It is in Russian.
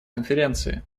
конференции